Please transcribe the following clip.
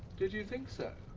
did you think so?